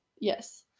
yes